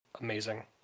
amazing